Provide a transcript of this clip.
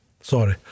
sorry